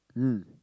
mm